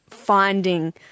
finding